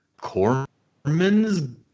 Cormans